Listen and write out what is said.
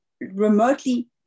remotely